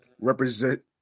represent